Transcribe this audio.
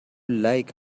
like